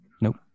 Nope